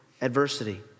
adversity